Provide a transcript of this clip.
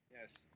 Yes